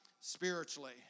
spiritually